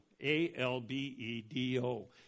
A-L-B-E-D-O